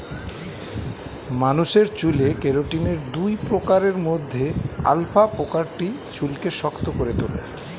মানুষের চুলে কেরাটিনের দুই প্রকারের মধ্যে আলফা প্রকারটি চুলকে শক্ত করে তোলে